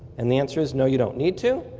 and the answer is no, you don't need to.